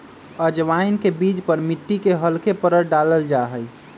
अजवाइन के बीज पर मिट्टी के हल्के परत डाल्ल जाहई